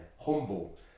humble